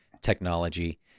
technology